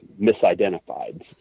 misidentified